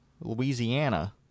Louisiana